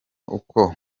uko